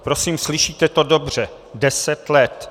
Prosím, slyšíte to dobře, deset let.